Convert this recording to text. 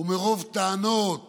ומרוב טענות